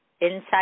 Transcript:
inside